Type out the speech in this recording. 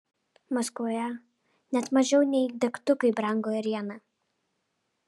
maskvoje net mažiau nei degtukai brango ėriena